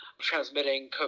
transmitting